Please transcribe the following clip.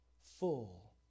full